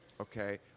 okay